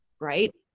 right